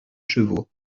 chevaux